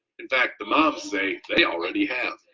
in fact the moms say, they already have,